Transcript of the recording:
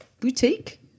boutique